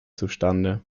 zustande